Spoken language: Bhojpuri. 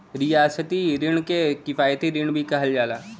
रियायती रिण के किफायती रिण भी कहल जाला